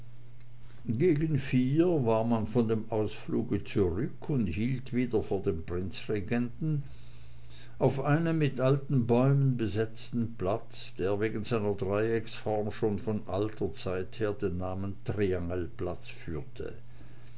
gegen vier war man von dem ausfluge zurück und hielt wieder vor dem prinzregenten auf einem mit alten bäumen besetzten platz der wegen seiner dreiecksform schon von alter zeit her den namen triangelplatz führte